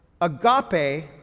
Agape